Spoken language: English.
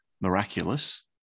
miraculous